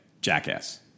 jackass